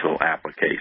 application